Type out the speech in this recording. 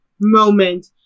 moment